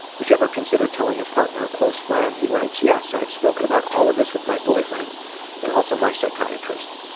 would you ever consider telling a partner or close friend? he writes, yes, i have spoken about all of this with my boyfriend and also my psychiatrist.